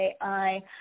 AI